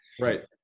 Right